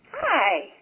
Hi